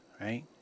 Right